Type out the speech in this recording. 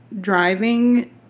driving